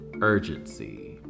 urgency